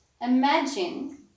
Imagine